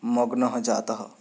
मग्नः जातः